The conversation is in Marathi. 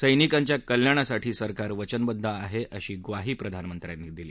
सर्विंकांच्या कल्याणासाठी सरकार वचनबद्ध आहे अशी ग्वाही प्रधानमंत्र्यांनी यांनी दिली